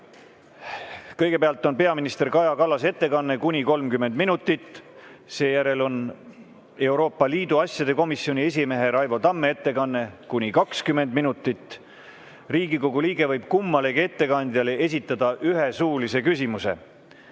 Kõigepealt on peaminister Kaja Kallase ettekanne kuni 30 minutit. Seejärel on Euroopa Liidu asjade komisjoni esimehe Raivo Tamme ettekanne kuni 20 minutit. Riigikogu liige võib kummalegi ettekandjale esitada ühe suulise küsimuse.